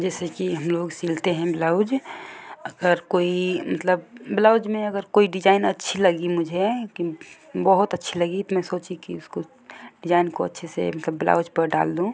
जैसे कि हम लोग सिलते हैं ब्लाउज अगर कोई मतलब ब्लाउज में अगर कोई डिज़ाइन अच्छी लगी मुझे कि बहुत अच्छी लगी तो मैं सोची कि उसको डिज़ाइन को अच्छे से मतलब ब्लाउज पर डाल दूँ